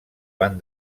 van